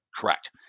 Correct